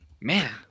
man